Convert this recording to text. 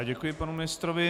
Děkuji panu ministrovi.